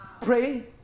pray